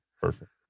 Perfect